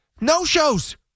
no-shows